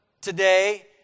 today